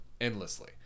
endlessly